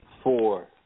four